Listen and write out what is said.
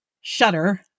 shutter